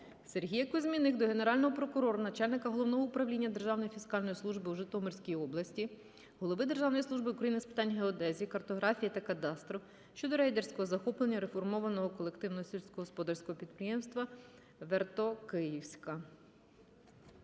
Сергія Кузьміних до Генерального прокурора, начальника Головного управління Державної фіскальної служби у Житомирській області, Голови Державної служби України з питань геодезії, картографії та кадастру щодо рейдерського захоплення реформованого колективного сільськогосподарського підприємства "Вертокиївка".